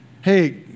Hey